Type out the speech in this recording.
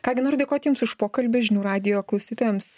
ką gi noriu dėkoti jums už pokalbį žinių radijo klausytojams